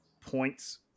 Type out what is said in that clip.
points